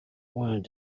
wanted